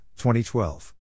2012